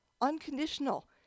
Unconditional